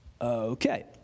Okay